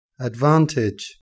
advantage